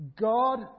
God